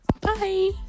Bye